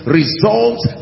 results